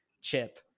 Chip